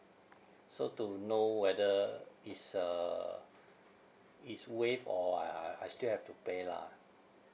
so to know whether is uh is waived or I I I still have to pay lah